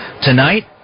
tonight